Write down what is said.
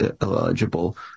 eligible